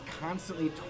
constantly